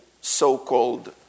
so-called